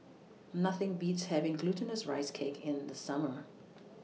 Nothing Beats having Glutinous Rice Cake in The Summer